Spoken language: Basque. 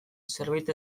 zerbait